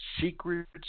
secrets